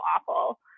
awful